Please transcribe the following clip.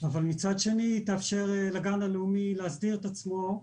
אבל מצד שני היא תאפשר לגן הלאומי להסדיר את עצמו.